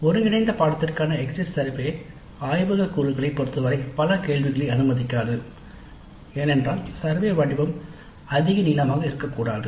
ஒருங்கிணைந்த பாடநெறிக்கான பாடநெறி எக்ஸிட் சர்வே ஆய்வகக் கூறுகளைப் பொறுத்தவரை பல கேள்விகளை அனுமதிக்காது ஏனென்றால் சர்வே படிவம் அதிக நீளமாக இருக்கக் கூடாது